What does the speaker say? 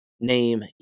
name